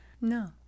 No